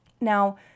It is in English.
Now